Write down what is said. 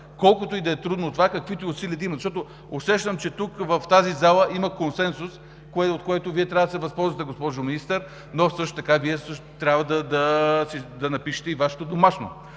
колкото и да е трудно това, каквито и усилия да има. Защото усещам, че тук, в тази зала, има консенсус, от който Вие трябва да се възползвате, госпожо Министър, но също така трябва да напишете и Вашето домашно.